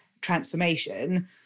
transformation